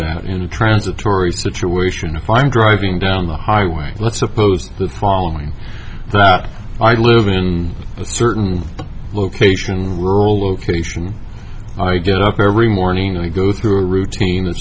that in a transitory situation if i'm driving down the highway let's suppose the following that i live in a certain location rural location i get up every morning and i go through a routine a